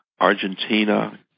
Argentina